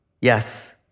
yes